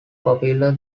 popular